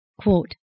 Quote